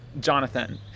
Jonathan